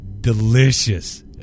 delicious